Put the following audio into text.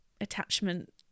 attachment